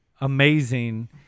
amazing